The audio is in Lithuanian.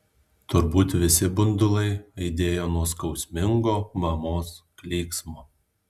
turbūt visi bundulai aidėjo nuo skausmingo mamos klyksmo